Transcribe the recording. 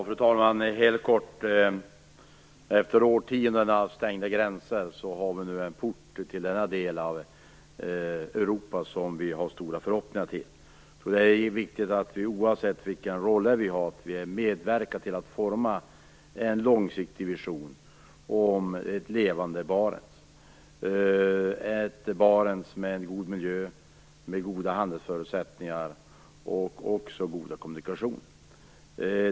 Fru talman! Efter årtionden med stängda gränser har vi nu en port till denna del av Europa, som vi har stora förhoppningar om. Oavsett vilka roller vi har är det viktigt att vi medverkar till att forma en långsiktig vision om ett levande Barentsområde med god miljö, goda handelsförutsättningar och goda kommunikationer.